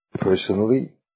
Personally